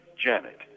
Janet